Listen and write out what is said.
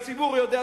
והציבור יודע,